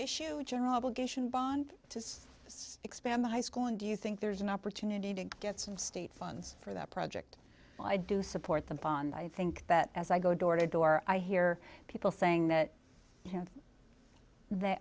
issue general obligation bond to expand the high school and do you think there's an opportunity to get some state funds for that project i do support the bond i think that as i go door to door i hear people saying that